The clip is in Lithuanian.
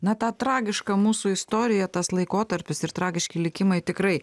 na ta tragiška mūsų istorija tas laikotarpis ir tragiški likimai tikrai